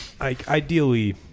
ideally